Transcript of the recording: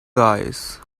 guys